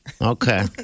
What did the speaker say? Okay